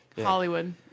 Hollywood